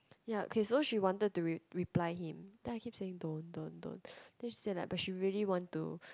ya okay so she wanted to re~ reply him then I keep saying don't don't don't then she say like but she really want to